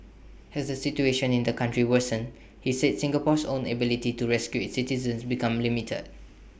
has the situation in the country worsens he said Singapore's own ability to rescue its citizens becomes limited